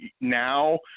now